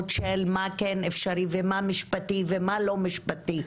של מה כן אפשרי ומה משפטי ומה לא משפטי.